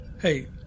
Hey